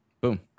boom